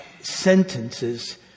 sentences